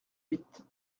huit